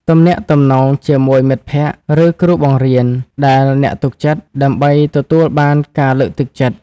ទំនាក់ទំនងជាមួយមិត្តភក្តិ ឬគ្រូបង្រៀនដែលអ្នកទុកចិត្ត ដើម្បីទទួលបានការលើកទឹកចិត្ត។